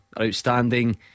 Outstanding